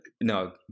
No